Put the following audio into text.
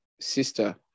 sister